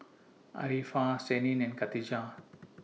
Arifa Senin and Khatijah